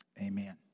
Amen